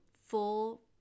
full